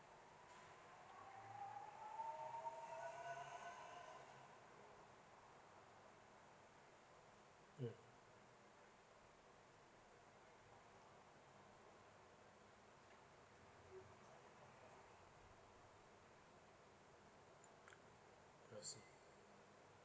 mm I see